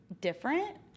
different